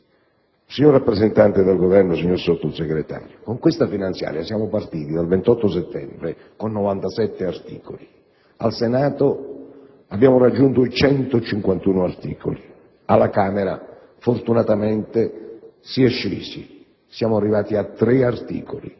Signor rappresentante del Governo, signor Sottosegretario, con il disegno di legge finanziaria siamo partiti il 28 settembre con 97 articoli; al Senato abbiamo raggiunto i 151 articoli; alla Camera dei deputati fortunatamente si è scesi, siamo arrivati a tre articoli,